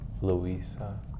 Louisa